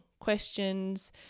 questions